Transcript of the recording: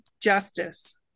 justice